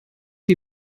die